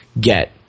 get